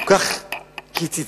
כל כך קיצצו,